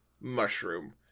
mushroom